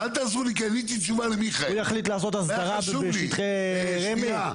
הוא יחליט לעשות הסדרה בשטחי רמ"י?